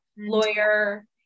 lawyer